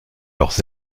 leurs